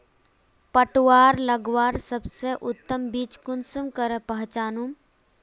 पटुआ लगवार सबसे उत्तम बीज कुंसम करे पहचानूम?